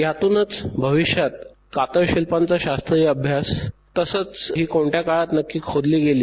यातुनच भविष्यात कातळशिल्पांचा शास्त्रीय अभ्यास तसंच ही कोणत्या काळात नक्की खोदली गेली